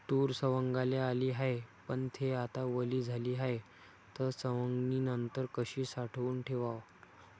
तूर सवंगाले आली हाये, पन थे आता वली झाली हाये, त सवंगनीनंतर कशी साठवून ठेवाव?